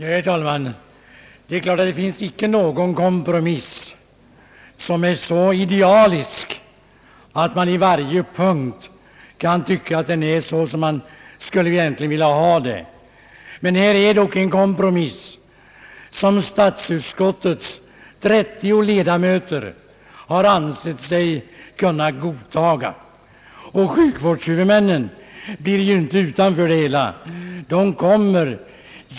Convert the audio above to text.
Herr talman! Det är klart att det inte finns någon kompromiss som är så idealisk att den i varje punkt är sådan som man skulle vilja ha den. Men här är dock en kompromiss som statsutskottets 30 ledamöter har ansett sig kunna godtaga. Sjukvårdshuvudmännen ställs ju inte utanför det hela.